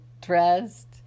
dressed